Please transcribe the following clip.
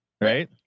right